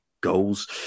goals